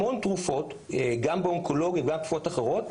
המון תרופות גם באונקולוגית וגם תרופות אחרות,